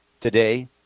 today